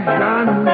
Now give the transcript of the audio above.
done